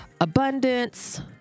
abundance